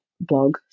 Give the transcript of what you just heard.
blog